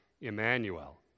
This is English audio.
Emmanuel